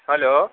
hello